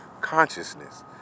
consciousness